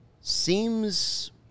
seems